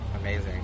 amazing